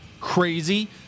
crazy